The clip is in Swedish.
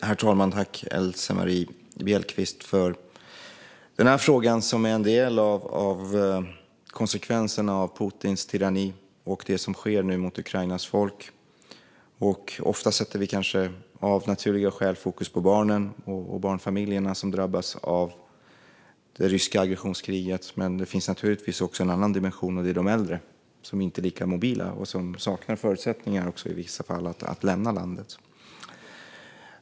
Herr talman! Jag tackar Elsemarie Bjellqvist för frågan. Det här är en av konsekvenserna av Putins tyranni och det som sker mot Ukrainas folk. Ofta sätter vi av naturliga skäl fokus på barnen och barnfamiljerna som drabbas av det ryska aggressionskriget, men det finns givetvis också en annan dimension: de äldre. De är inte lika mobila och saknar i vissa fall förutsättningar att lämna landet.